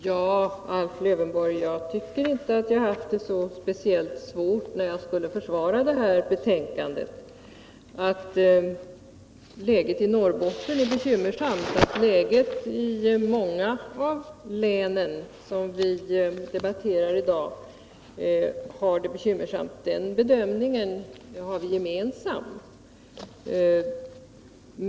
Herr talman! Jag tycker inte, Alf Lövenborg, att jag hade det speciellt svårt när jag skulle försvara det här betänkandet. Att läget i Norrbotten och i många av de län som vi debatterar i dag är bekymmersamt, det är en bedömning som vi har gemensamt.